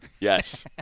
Yes